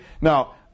Now